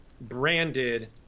branded